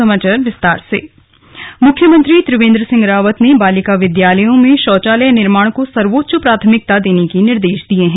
समीक्षा मुख्यमंत्री त्रिवेन्द्र सिंह रावत ने बालिका विद्यालयों में शौचालय निर्माण को सर्वोच्च प्राथमिकता देने के निर्देश दिए हैं